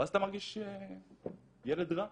ואז אתה מרגיש ילד רע.